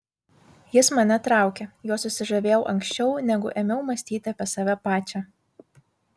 jis mane traukė juo susižavėjau anksčiau negu ėmiau mąstyti apie save pačią